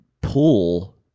pull